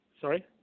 Sorry